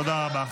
תודה רבה.